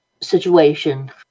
situation